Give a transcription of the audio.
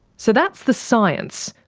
so that's the science.